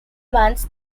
months